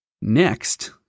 Next